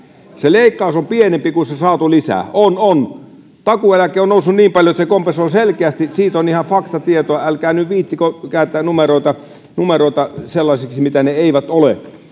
se leikkaus on pienempi kuin se saatu lisä on on takuueläke on noussut niin paljon että se kompensoi selkeästi siitä on ihan faktatietoa älkää nyt viitsikö kääntää numeroita numeroita sellaisiksi mitä ne eivät ole